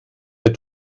der